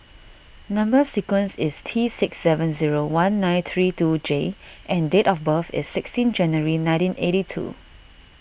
Number Sequence is T six seven zero one nine three two J and date of birth is sixteen January nineteen eighty two